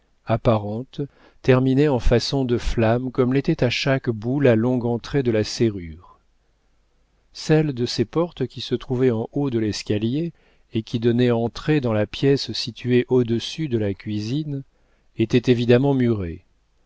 apparentes terminées en façon de flammes comme l'était à chaque bout la longue entrée de la serrure celle de ces portes qui se trouvait en haut de l'escalier et qui donnait entrée dans la pièce située au-dessus de la cuisine était évidemment murée